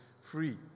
free